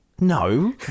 No